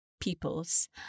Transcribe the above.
peoples